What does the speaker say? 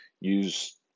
use